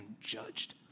judged